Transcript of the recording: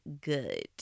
good